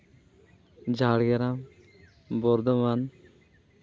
Jhargram Bardhaman